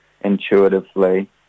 intuitively